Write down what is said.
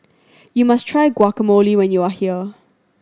you must try Guacamole when you are here